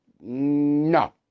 no